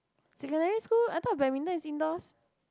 secondary school I thought badminton is indoors